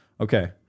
Okay